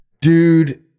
dude